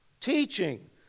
Teaching